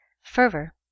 fervor